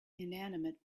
inanimate